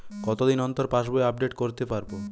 কতদিন অন্তর পাশবই আপডেট করতে পারব?